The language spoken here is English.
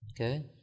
Okay